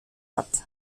hat